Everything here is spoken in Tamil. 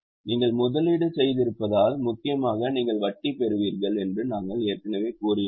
நீங்கள் முதலீடு செய்திருப்பதால் முக்கியமாக நீங்கள் வட்டி பெறுவீர்கள் என்று நாங்கள் ஏற்கனவே கூறியிருந்தோம்